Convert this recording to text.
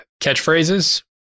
catchphrases